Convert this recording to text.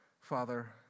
Father